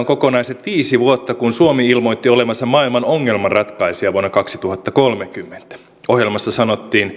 kokonaiset viisi vuotta kun suomi ilmoitti olevansa maailman ongelmanratkaisija vuonna kaksituhattakolmekymmentä ohjelmassa sanottiin